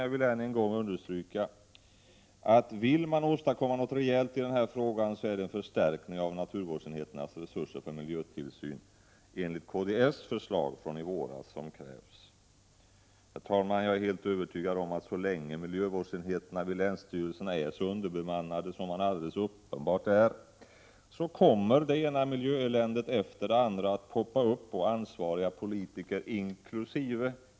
Jag vill än en gång understryka, att vill man åstadkomma något rejält i den här frågan så är det en förstärkning av naturvårdsenheternas resurser för miljötillsyn, enligt kds förslag från i våras, som krävs. Herr talman! Jag är helt övertygad om att så länge miljövårdsenheterna vid länsstyrelserna är så underbemannade som de alldeles uppenbart är, kommer det ena miljöeländet efter det andra att ”poppa upp”. Och ansvariga politiker, inkl.